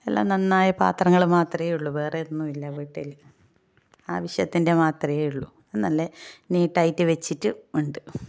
എല്ലാം നന്നായ പാത്രങ്ങൾ മാത്രമേ ഉള്ളൂ വേറെ ഒന്നുമില്ല വീട്ടിൽ ആവിശ്യത്തിൻ്റെ മാത്രേ ഉള്ളു നല്ല നീറ്റായിട്ട് വെച്ചിട്ട് ഉണ്ട്